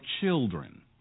children